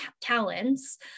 talents